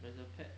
but it's a pet